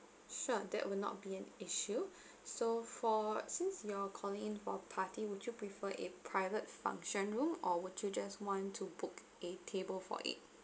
sure that will not be an issue so for since you're calling in for a party would you prefer a private function room or would you just want to book a table for it